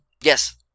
Yes